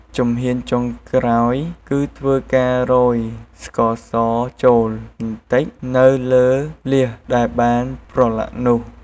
ជំហានចុងក្រោយ គឺធ្វើការរោយស្ករសចូល បន្តិច នៅលើលៀសដែលបានប្រឡាក់នោះ។